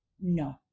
No